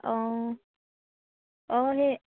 অঁ